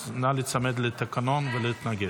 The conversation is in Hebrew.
אז נא להיצמד לתקנון ולהתנגד.